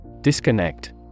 Disconnect